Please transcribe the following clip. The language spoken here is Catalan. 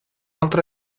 altra